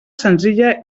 senzilla